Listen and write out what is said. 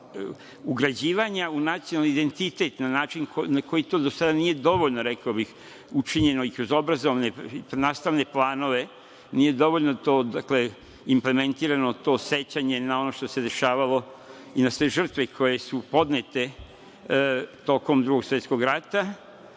ugrađivanja u nacionalni identitet na način na koji to do sada nije dovoljno, rekao bih, učinjeno i kroz obrazovane i kroz nastavne planove, nije dovoljno to implementirano to sećanje na ono što se dešavalo i na sve žrtve koje su podnete tokom Drugog svetskog rata